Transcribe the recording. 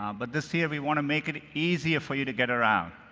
um but this year, we want to make it easier for you to get around.